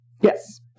Yes